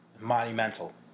monumental